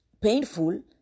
painful